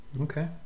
okay